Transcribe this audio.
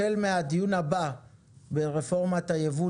החל מהדיון הבא ברפורמת היבוא,